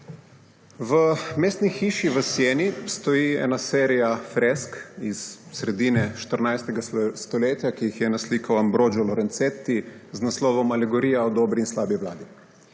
V mestni hiši v Sieni stoji ena serija fresk iz sredine 14. stoletja, ki jih je naslikal Ambrogio Lorenzetti, z naslovom Alegorija o dobri in slabi vladi.